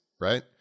right